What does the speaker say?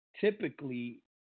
typically